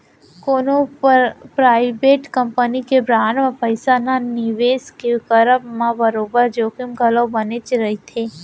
कोनो private company के bond म पइसा न निवेस के करब म बरोबर जोखिम घलौ बनेच रहिथे